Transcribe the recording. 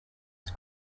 was